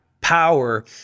power